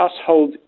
household